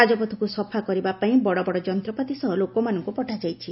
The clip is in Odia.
ରାଜପଥକୁ ସଫା କରିବା ପାଇଁ ବଡ଼ବଡ଼ ଯନ୍ତ୍ରପାତି ସହ ଲୋକମାନଙ୍କୁ ପଠାଯାଇଛି